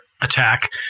attack